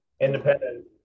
independent